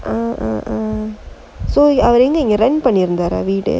அவரு எங்க இங்க:avaru enga inga rent பண்ணி இருந்தாரா வீட:panni irunthaaraa veeda